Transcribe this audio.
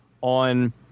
on